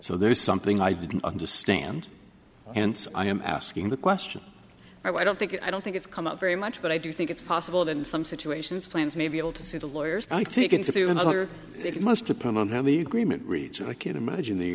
so there is something i didn't understand and so i am asking the question i don't think i don't think it's come up very much but i do think it's possible that in some situations plans may be able to see the lawyers i think into another it must depend on how the agreement reads i can't imagine the